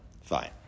Fine